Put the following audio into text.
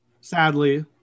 sadly